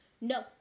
No